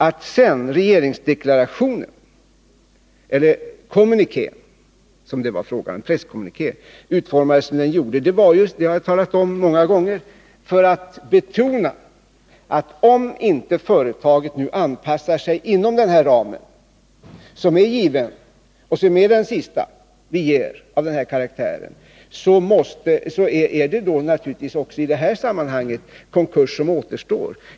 Att sedan regeringsdeklarationen, eller presskommunikén, som det var fråga om, utformades så som skedde berodde — och det har jag talat om många gånger — på en önskan att betona att om inte företaget nu anpassar sig inom den ram som är given och som är den sista vi ger av den här karaktären, då är det naturligtvis också i detta sammanhang konkurs som återstår.